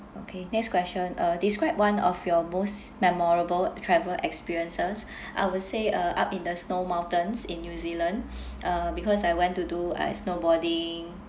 okay next question uh describe one of your most memorable travel experiences I would say uh up in the snow mountains in new zealand uh because I went to do like snow boarding